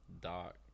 doc